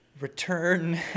Return